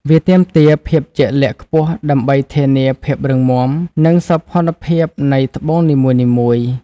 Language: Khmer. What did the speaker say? វាទាមទារភាពជាក់លាក់ខ្ពស់ដើម្បីធានាភាពរឹងមាំ និងសោភ័ណភាពនៃត្បូងនីមួយៗ។